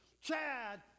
Chad